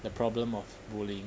the problem of bullying